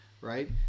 right